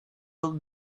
old